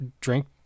drink